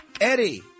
Eddie